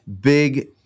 Big